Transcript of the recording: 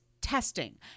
testing